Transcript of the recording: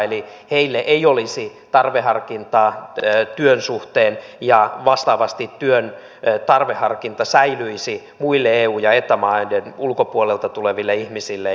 eli heille ei olisi tarveharkintaa työn suhteen ja vastaavasti työn tarveharkinta säilyisi muille eu ja eta maiden ulkopuolelta tuleville ihmisille